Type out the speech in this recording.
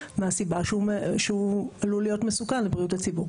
מהסיבה שהוא עלול להיות מסוכן לבריאות הציבור.